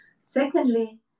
Secondly